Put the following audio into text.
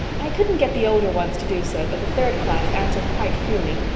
i couldn't get the older ones to do so, but the third class answered quite freely.